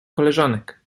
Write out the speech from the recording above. koleżanek